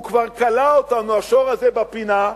הוא כבר כלא אותנו, השור הזה, בפינה,